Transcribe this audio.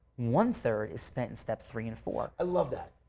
one-third is spent in step three and four. i love that.